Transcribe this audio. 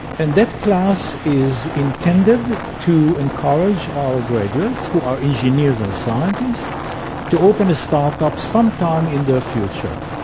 and that class is intended to encourage our graduates who are engineers and scientists to open a start-up some time in the future.